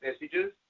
messages